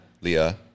Leah